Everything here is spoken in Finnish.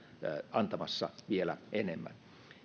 antamassa vielä enemmän